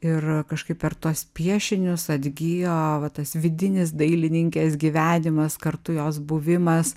ir kažkaip per tuos piešinius atgijo va tas vidinis dailininkės gyvenimas kartu jos buvimas